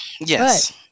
yes